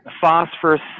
phosphorus